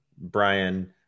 Brian